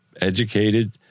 educated